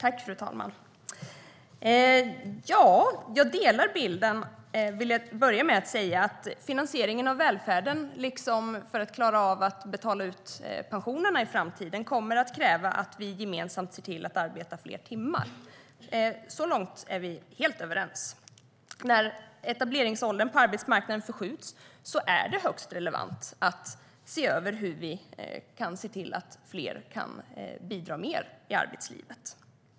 Fru talman! Jag vill börja med att säga att jag delar bilden av att finansieringen av välfärden, liksom för att klara av att betala ut pensionerna i framtiden, kommer att kräva att vi gemensamt arbetar fler timmar. Så långt är vi helt överens. När etableringsåldern på arbetsmarknaden förskjuts är det också högst relevant att se över hur vi kan se till att fler kan bidra mer i arbetslivet.